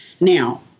Now